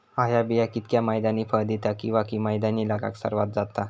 हया बिया कितक्या मैन्यानी फळ दिता कीवा की मैन्यानी लागाक सर्वात जाता?